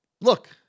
look